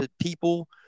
people